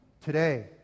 today